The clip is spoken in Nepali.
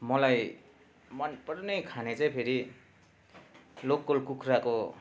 मलाई मन पर्ने खाने चाहिँ फेरि लोकल कुखुराको